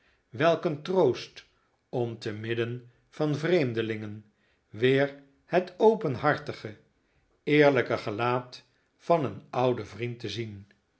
een troost om te midden van vreemdelingen weer het openhartige eerlijke gelaat van een ouden vriend te zien